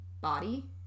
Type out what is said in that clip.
body